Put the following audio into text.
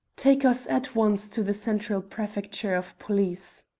take us at once to the central prefecture of police.